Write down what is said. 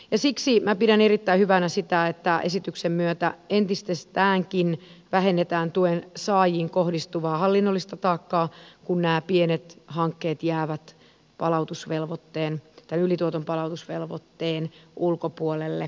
siksi minä pidän erittäin hyvänä sitä että esityksen myötä entisestäänkin vähennetään tuen saajiin kohdistuvaa hallinnollista taakkaa kun nämä pienet hankkeet jäävät ylituoton palautusvelvoitteen ulkopuolelle